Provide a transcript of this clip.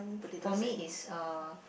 for me it's uh